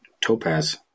topaz